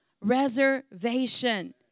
reservation